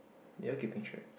you all keeping track